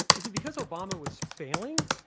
is it because obama was failing?